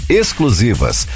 exclusivas